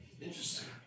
Interesting